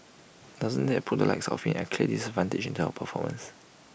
doesn't IT put the likes of him at A clear disadvantage in term of performance